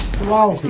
while